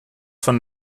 von